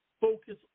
focus